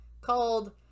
called